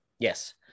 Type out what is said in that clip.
Yes